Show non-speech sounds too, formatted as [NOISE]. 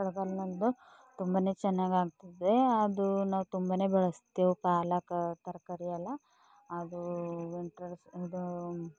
ತರಕಾರಿದು ತುಂಬನೇ ಚೆನ್ನಾಗಿ ಆಗ್ತದೆ ಅದು ನಾವು ತುಂಬನೇ ಬೆಳೆಸ್ತೀವಿ ಪಾಲಕ್ ತರಕಾರಿ ಎಲ್ಲ ಅದು [UNINTELLIGIBLE] ಇದು